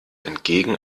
entgegen